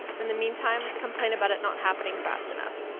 in the meantime, complain about it not happening fast enough.